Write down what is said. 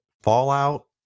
Fallout